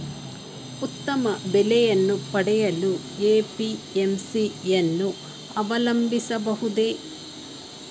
ಉತ್ತಮ ಬೆಲೆಯನ್ನು ಪಡೆಯಲು ಎ.ಪಿ.ಎಂ.ಸಿ ಯನ್ನು ಅವಲಂಬಿಸಬಹುದೇ?